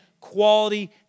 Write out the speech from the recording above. quality